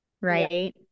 Right